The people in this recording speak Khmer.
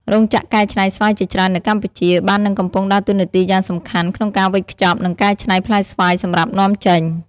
រោងចក្រកែច្នៃស្វាយជាច្រើននៅកម្ពុជា បាននឹងកំពុងដើរតួនាទីយ៉ាងសំខាន់ក្នុងការវេចខ្ចប់ និងកែច្នៃផ្លែស្វាយសម្រាប់នាំចេញ។